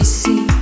see